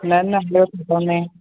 न न ॿियो त कोन्हे